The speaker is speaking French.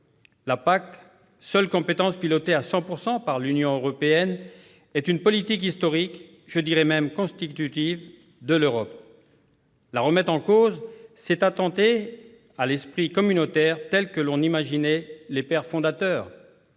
La PAC, seule compétence pilotée à 100 % par l'Union européenne, est une politique historique, et même constitutive, de l'Europe. La remettre en cause, c'est attenter à l'esprit communautaire imaginé par les pères fondateurs.